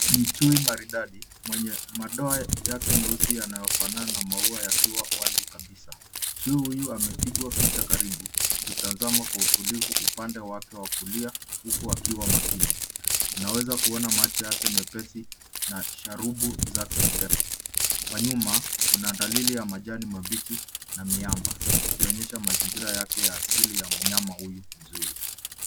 Ni chui maridadi mwenye madoha yake meusi yanayofanana na maua yakiwa wazi kabisa, chui huyu amepigwa picha karibu, akitazama kwa utulivu upande wake wa kulia uku akiwa makini. Unaweza kuona macho yake mepesi na sharubu zake ndefu. Kwa nyuma kuna dalili ya majani mabichi na miamba ,ikionyesha mazingira yake asili ya mnyama huyu mzuri.